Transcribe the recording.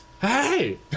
Hey